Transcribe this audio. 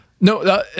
No